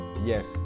Yes